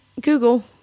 Google